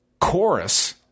chorus